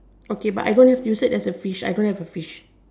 okay but I don't have you said there was a fish I don't have a fish